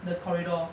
the corridor